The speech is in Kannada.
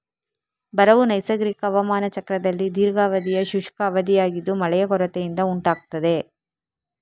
ಬರವು ನೈಸರ್ಗಿಕ ಹವಾಮಾನ ಚಕ್ರದಲ್ಲಿ ದೀರ್ಘಾವಧಿಯ ಶುಷ್ಕ ಅವಧಿಯಾಗಿದ್ದು ಮಳೆಯ ಕೊರತೆಯಿಂದ ಉಂಟಾಗ್ತದೆ